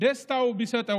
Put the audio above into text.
דסטאו ביסט,